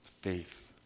faith